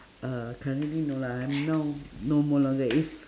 uh currently no lah I'm now no more longer is